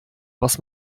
was